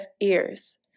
ears